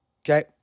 okay